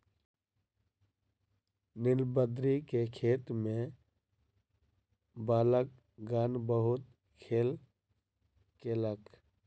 नीलबदरी के खेत में बालकगण बहुत खेल केलक